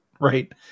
Right